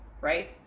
right